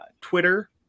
Twitter